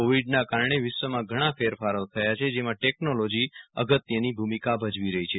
કોવિડના કારણે વિશ્વમાં ઘણા ફેરફારો થયા છે જેમાં ટેકનોલોજી અગત્યની ભૂમિકા ભજવી રહી છે